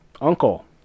Uncle